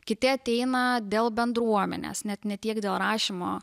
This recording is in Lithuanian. kiti ateina dėl bendruomenės net ne tiek dėl rašymo